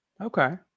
Okay